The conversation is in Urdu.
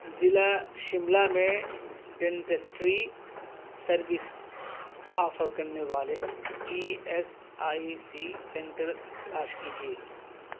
ضلع شملہ میں ڈینٹسٹری سروس آفر کرنے والے E S I C centres تلاش کیجیے